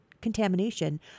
contamination